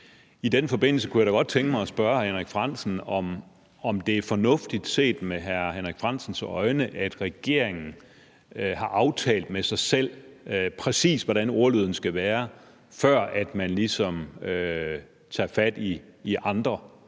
I den forbindelse kunne jeg da godt tænke mig at spørge hr. Henrik Frandsen, om det set med hr. Henrik Frandsens øjne er fornuftigt, at regeringen, som den har gjort, har aftalt med sig selv, præcis hvordan ordlyden skal være, før man ligesom tager fat i andre.